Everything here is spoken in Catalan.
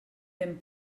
ben